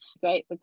Great